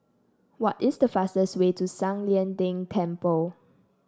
what is the fastest way to San Lian Deng Temple